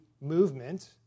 movement